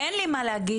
אין לי מה להגיד.